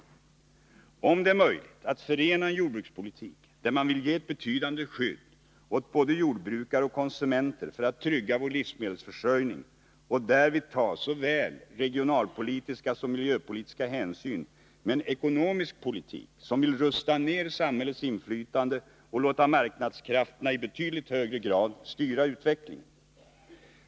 Man bör fundera över om det är möjligt att förena en jordbrukspolitik, där man vill ge ett betydande skydd åt både jordbrukare och konsumenter för att trygga vår livsmedelsförsörjning och därvid ta såväl regionalpolitiska som miljöpolitiska hänsyn, med en ekonomisk politik som vill rusta ner samhällets inflytande och låta marknadskrafterna i betydligt högre grad styra utvecklingen.